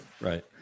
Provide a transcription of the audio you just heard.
Right